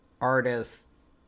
artists